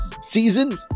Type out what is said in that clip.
season